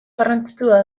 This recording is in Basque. garrantzitsua